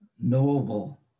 Knowable